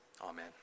Amen